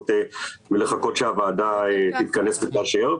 ולחכות שהוועדה תתכנס ותאשר.